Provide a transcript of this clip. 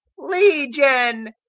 legion,